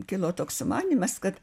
kilo toks sumanymas kad